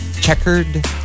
Checkered